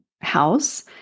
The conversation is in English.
house